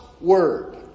word